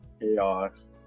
chaos